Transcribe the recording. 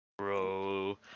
Bro